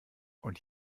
und